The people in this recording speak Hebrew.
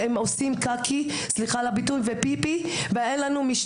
קייטנות יולי-אוגוסט